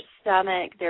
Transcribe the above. stomach